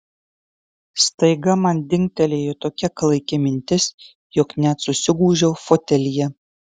staiga man dingtelėjo tokia klaiki mintis jog net susigūžiau fotelyje